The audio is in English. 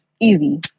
Easy